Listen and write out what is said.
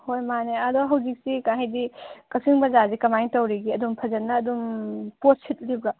ꯍꯣꯏ ꯃꯥꯅꯦ ꯑꯗꯣ ꯍꯧꯖꯤꯛꯁꯤ ꯍꯥꯏꯗꯤ ꯀꯛꯆꯤꯡ ꯕꯥꯖꯥꯔꯁꯤ ꯀꯃꯥꯏ ꯇꯧꯔꯤꯒꯦ ꯑꯗꯨꯝ ꯐꯖꯅ ꯑꯗꯨꯝ ꯄꯣꯠ ꯁꯤꯠꯂꯤꯕ꯭ꯔꯣ